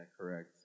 correct